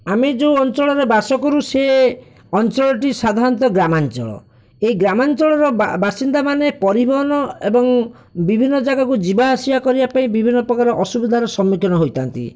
ଆମେ ଯେଉଁ ଅଞ୍ଚଳରେ ବାସ କରୁ ସେ ଅଞ୍ଚଳଟି ସାଧାରଣତଃ ଗ୍ରାମାଞ୍ଚଳ ଏହି ଗ୍ରାମାଞ୍ଚଳର ବାବାସିନ୍ଦାମାନେ ପରିବହନ ଏବଂ ବିଭିନ୍ନ ଜାଗାକୁ ଯିବା ଆସିବା କରିବା ପାଇଁ ବିଭିନ୍ନ ପ୍ରକାର ଅସୁବିଧାର ସମ୍ମୁଖୀନ ହୋଇଥାନ୍ତି